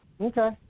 Okay